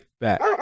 back